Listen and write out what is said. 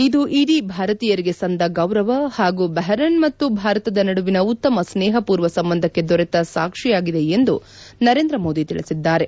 ಇದು ಇಡೀ ಭಾರತೀಯರಿಗೆ ಸಂದ ಗೌರವ ಹಾಗೂ ಬಹರೇನ್ ಮತ್ತು ಭಾರತದ ನಡುವಿನ ಉತ್ತಮ ಸ್ನೇಹಪೂರ್ವ ಸಂಬಂಧಕ್ಕೆ ದೊರೆತ ಸಾಕ್ಷಿಯಾಗಿದೆ ಎಂದು ನರೇಂದ್ರ ಮೋದಿ ತಿಳಿಸಿದ್ದಾರೆ